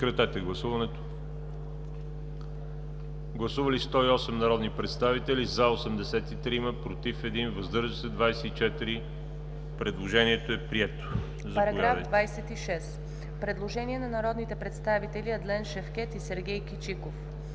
Има предложение на народните представители Адлен Шевкед и Сергей Кичиков